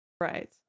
Right